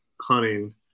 hunting